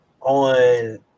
on